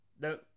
No